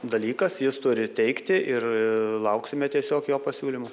dalykas jis turi teikti ir lauksime tiesiog jo pasiūlymų